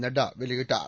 நட்டா வெளியிட்டார்